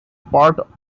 part